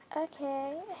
Okay